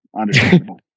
understandable